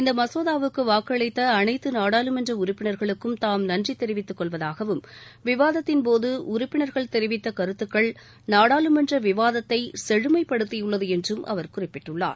இந்த மசோதாவுக்கு வாக்களித்த அனைத்து நாடாளுமன்ற உறுப்பினர்களுக்கும் தாம் நன்றி தெரிவித்துக் கொள்வதாகவும் விவாதத்தின் போது உறுப்பினர்கள் தெரிவித்த கருத்துக்கள் நாடாளுமன்ற விவாதத்தை செழுமைப்படுத்தியுள்ளது என்றும் அவர் குறிப்பிட்டுள்ளார்